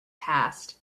past